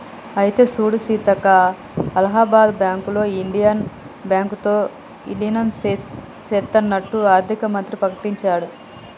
అయితే సూడు సీతక్క అలహాబాద్ బ్యాంకులో ఇండియన్ బ్యాంకు తో ఇలీనం సేత్తన్నట్టు ఆర్థిక మంత్రి ప్రకటించాడు